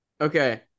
Okay